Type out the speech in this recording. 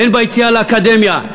הן ביציאה לאקדמיה,